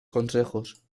consejos